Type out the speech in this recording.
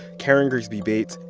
karen grigsby bates,